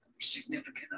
significant